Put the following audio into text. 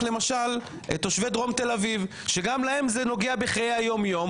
למשל את תושבי דרום תל אביב שגם להם זה נוגע בחיי היום יום